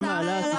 כמה עלה התיקון?